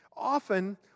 often